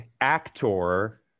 actor